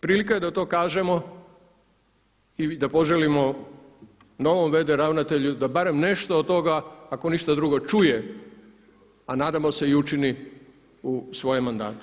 Prilika je da to kažemo i da poželimo novom v.d. ravnatelju da barem nešto od toga, ako ništa drugo čuje a nadamo se učini u svojem mandatu.